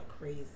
crazy